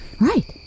right